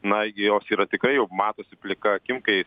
nagi jos yra tikrai jau matosi plika akim kai